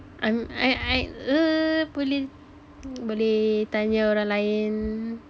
I don't I I err boleh boleh tanya orang lain